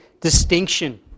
distinction